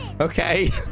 Okay